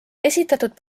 esitatud